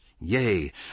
Yea